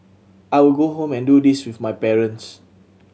I will go home and do this with my parents